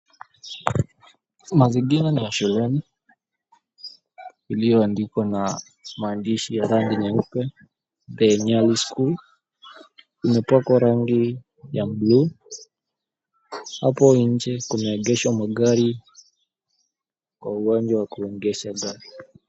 Mazingira ni ya shuleni iliyoandikwa na maandishi ya rangi nyeupe, "The Nyali School". Imepakwa rangi ya buluu, hapo nje kumeegeshwa magari kwa uwanja wa kuegesha gari.